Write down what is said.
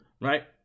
Right